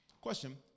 Question